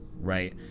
Right